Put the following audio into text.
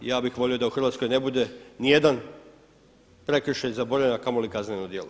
I ja bih volio da u Hrvatskoj ne bude ni jedan prekršaj zaboravljen a kamoli kazneno djelo.